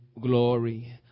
glory